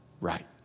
right